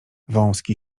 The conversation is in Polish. wąski